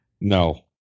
No